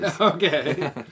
Okay